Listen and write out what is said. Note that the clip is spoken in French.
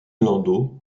landau